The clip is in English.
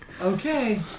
Okay